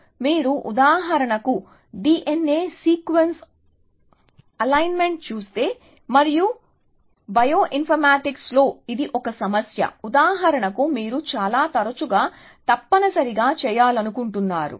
కాబట్టి మీరు ఉదాహరణకు DNA సీక్వెన్స్ అలైన్మెంట్ చూస్తే మరియు బయో ఇన్ఫర్మేటిక్స్లో ఇది ఒక సమస్య ఉదాహరణకు మీరు చాలా తరచుగా తప్పనిసరి గా చేయాలనుకుంటున్నారు